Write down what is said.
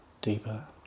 deeper